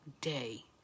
day